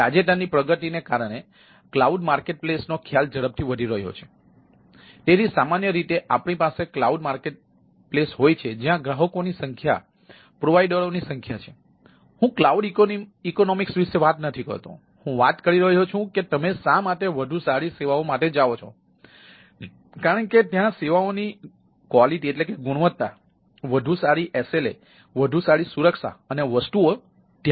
તેથી તાજેતરની પ્રગતિને કારણે ક્લાઉડ માર્કેટ પ્લેસ વધુ સારી SLA વધુ સારી સુરક્ષા અને વસ્તુઓ ત્યાં છે